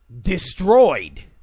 destroyed